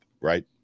right